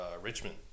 Richmond